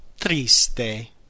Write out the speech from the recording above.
Triste